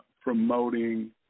promoting